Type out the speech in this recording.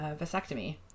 vasectomy